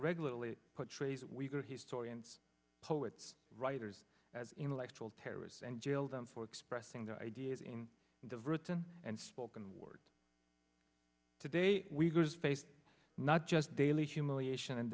regularly portrays weaker historians poets writers as intellectual terrorists and jail them for expressing their ideas in the written and spoken words today we face not just daily humiliation and